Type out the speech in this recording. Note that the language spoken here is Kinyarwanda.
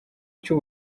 cy’u